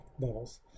levels